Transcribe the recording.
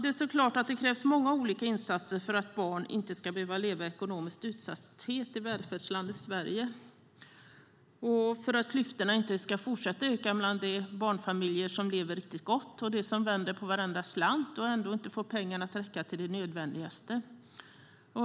Det är klart att det krävs många olika insatser för att barn inte ska behöva leva i ekonomisk utsatthet i välfärdslandet Sverige och för att klyftorna inte ska fortsätta öka mellan de barnfamiljer som lever riktigt gott och de som vänder på varenda slant och ändå inte får pengarna att räcka till det nödvändigaste.